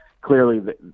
clearly